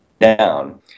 down